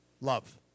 love